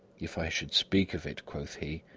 if i should speak of it, quoth he,